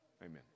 amen